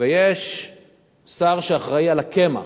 ויש שר שאחראי על הקמח,